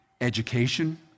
Education